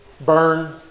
Burn